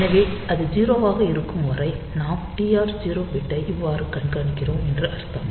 எனவே அது 0 ஆக இருக்கும் வரை நாம் TR0 பிட்டை இவ்வாறு கண்காணிக்கிறோம் என்று அர்த்தம்